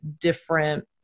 different